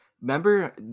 remember